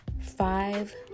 five